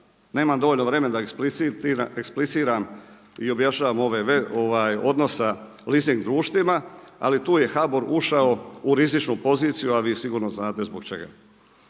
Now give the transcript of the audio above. Nemam dovoljno vremena da ekspliciram i objašnjavam ove odnos sa leasing društvima, ali tu je HBOR ušao u rizičnu poziciju, a vi sigurno znate zbog čega.